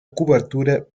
cobertura